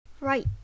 Right